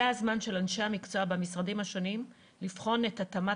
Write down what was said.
זה הזמן של אנשי המקצוע במשרדים השונים לבחון את התאמת